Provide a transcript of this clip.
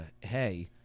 hey